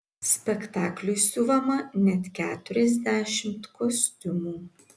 spektakliui siuvama net keturiasdešimt kostiumų